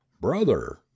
Brother